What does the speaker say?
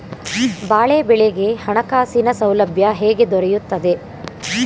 ಬಾಳೆ ಬೆಳೆಗೆ ಹಣಕಾಸಿನ ಸೌಲಭ್ಯ ಹೇಗೆ ದೊರೆಯುತ್ತದೆ?